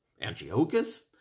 Antiochus